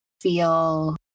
feel